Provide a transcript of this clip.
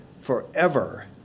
forever